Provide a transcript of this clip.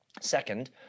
second